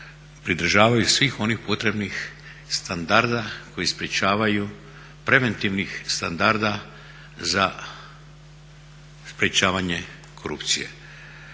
pridržavaju svih onih potrebnih standarda koji sprečavaju, preventivnih standarda za sprečavanje korupcije.